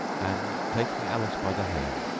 and, taking alice by the hand,